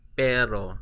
pero